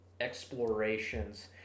explorations